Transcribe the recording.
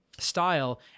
Style